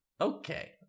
Okay